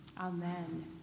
Amen